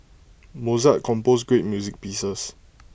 Mozart composed great music pieces